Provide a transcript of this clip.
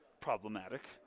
problematic